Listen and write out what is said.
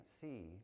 see